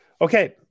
Okay